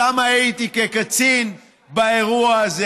שם הייתי כקצין באירוע הזה.